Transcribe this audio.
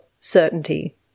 certainty